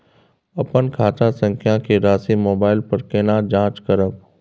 अपन खाता संख्या के राशि मोबाइल पर केना जाँच करब?